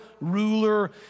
ruler